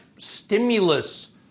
stimulus